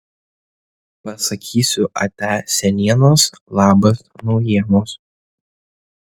pasakysiu atia senienos labas naujienos